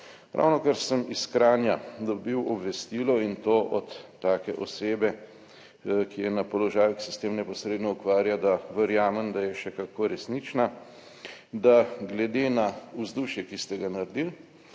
Ravnokar sem iz Kranja dobil obvestilo in to od take osebe, ki je na položaju, ki se s tem neposredno ukvarja, da verjamem, da je še kako resnična, da glede na vzdušje, ki ste ga naredili,